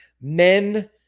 Men